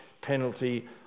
penalty